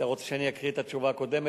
אתה רוצה שאני אקריא את התשובה הקודמת?